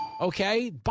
Okay